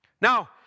Now